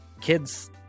kids